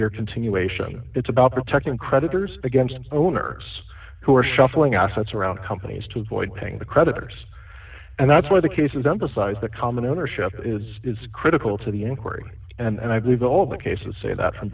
you're continuation it's about protecting creditors against owners who are shuffling assets around companies to avoid paying the creditors and that's why the cases emphasize that common ownership is critical to the inquiry and i believe all the cases say that from